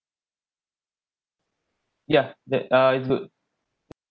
ya that uh is good